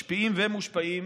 משפיעים ומושפעים,